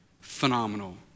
phenomenal